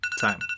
time